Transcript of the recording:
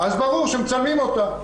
אז ברור שמצלמים אותה.